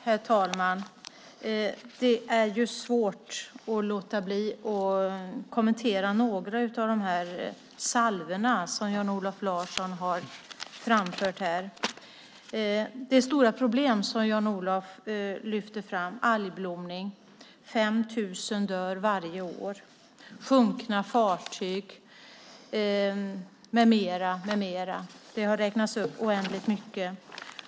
Herr talman! Det är svårt att låta bli att kommentera några av de salvor som Jan-Olof Larsson har framfört här. Det är stora problem som Jan-Olof lyfter fram, algblomning, 5 000 som dör varje år, sjunkna fartyg med mera. Det har räknats upp oändligt mycket.